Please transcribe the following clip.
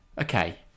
okay